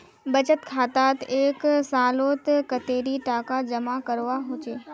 बचत खातात एक सालोत कतेरी टका जमा करवा होचए?